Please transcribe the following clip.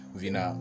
vina